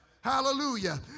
Hallelujah